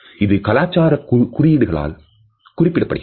இது கலாச்சார குறியீடுகளால் குறிப்பிடப்படுகிறது